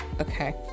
okay